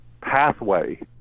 pathway